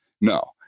No